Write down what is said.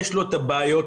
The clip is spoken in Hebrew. אדוני היו"ר,